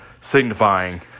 signifying